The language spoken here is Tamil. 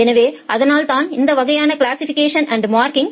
எனவே அதனால்தான் இந்த வகையான கிளாசிசிபிகேஷன் அண்ட் மார்க்கிங்